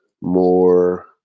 more